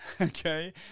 okay